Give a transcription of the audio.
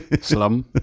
Slum